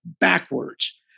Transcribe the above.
backwards